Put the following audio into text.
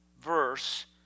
verse